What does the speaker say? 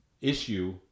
issue